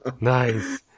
Nice